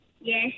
Yes